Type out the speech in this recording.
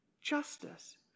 justice